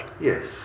Yes